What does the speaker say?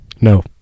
No